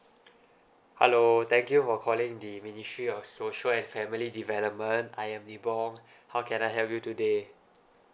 hello thank you for calling the ministry of social and family development I am nibong how can I help you today